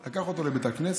לקח אותו לבית הכנסת.